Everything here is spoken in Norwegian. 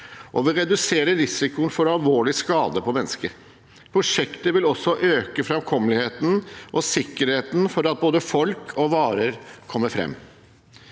og vil redusere risikoen for alvorlig skade på mennesker. Prosjektet vil også øke framkommeligheten og sikkerheten for at både folk og varer kommer fram.